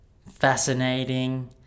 fascinating